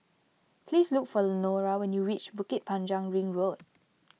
please look for Lenora when you reach Bukit Panjang Ring Road